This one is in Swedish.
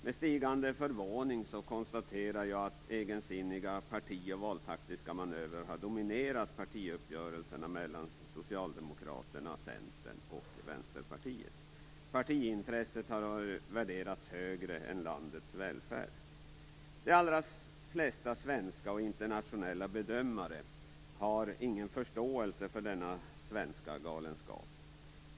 Med stigande förvåning konstaterar jag att egensinniga parti och valtaktiska manövrer har dominerat partiuppgörelserna mellan Socialdemokraterna, Centern och Vänsterpartiet. Partiintresset har värderats högre än välfärden i landet. De allra flesta svenska och internationella bedömare har ingen förståelse för denna svenska galenskap.